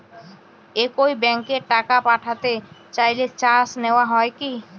একই ব্যাংকে টাকা পাঠাতে চাইলে চার্জ নেওয়া হয় কি?